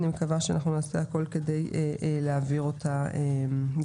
ואני מקווה שאנחנו נעשה הכל כדי להעביר אותה בחקיקה.